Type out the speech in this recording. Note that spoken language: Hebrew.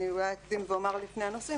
אני אולי אקדים ואומר לפני הנושאים,